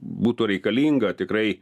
būtų reikalinga tikrai